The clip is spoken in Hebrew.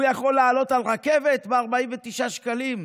הוא יכול לעלות על רכבת ב-49 שקלים,